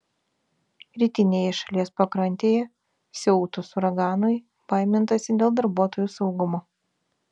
rytinėje šalies pakrantėje siautus uraganui baimintasi dėl darbuotojų saugumo